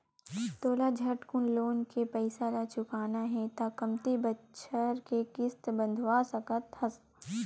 तोला झटकुन लोन के पइसा ल चुकाना हे त कमती बछर के किस्त बंधवा सकस हस